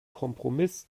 kompromiss